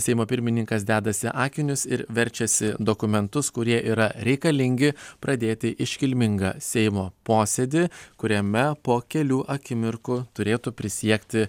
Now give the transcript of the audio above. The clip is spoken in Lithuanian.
seimo pirmininkas dedasi akinius ir verčiasi dokumentus kurie yra reikalingi pradėti iškilmingą seimo posėdį kuriame po kelių akimirkų turėtų prisiekti